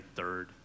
third